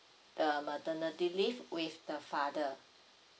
the maternity leave with the father